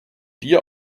dir